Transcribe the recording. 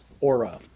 aura